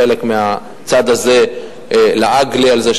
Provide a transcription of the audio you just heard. חלק מהצד הזה לעג לי על זה,